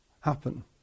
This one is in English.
happen